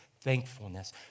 thankfulness